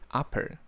upper